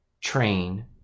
train